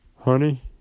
Honey